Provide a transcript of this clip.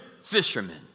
fishermen